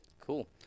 Cool